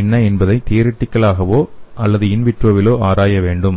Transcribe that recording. என்ன என்பதை தியரிடிகலாகவோ அல்லது விட்ரோவிலோ ஆராய வேண்டும்